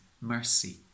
mercy